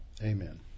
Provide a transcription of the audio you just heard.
Amen